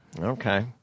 Okay